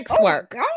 work